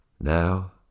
Now